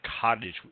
cottage